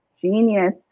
Genius